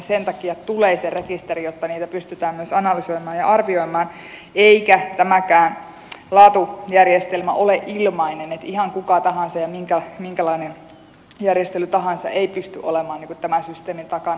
sen takia tulee se rekisteri jotta niitä pystytään myös analysoimaan ja arvioimaan eikä tämäkään laatujärjestelmä ole ilmainen ihan kuka tahansa ja minkälainen järjestely tahansa ei pysty olemaan tämän systeemin takana